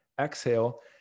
Exhale